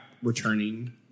returning